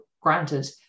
granted